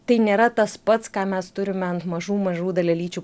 tai nėra tas pats ką mes turime ant mažų mažų dalelyčių